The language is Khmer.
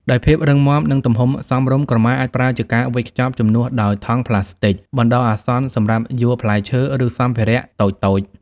ដោយភាពរឹងមាំ និងទំហំសមរម្យ ក្រមាអាចប្រើជាកាវិចខ្ចប់ជំនួសដោយថង់ផ្លាស្ទិចបណ្តោះអាសន្នសម្រាប់យួរផ្លែឈើ ឬសម្ភារៈតូចៗ។